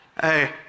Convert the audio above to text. hey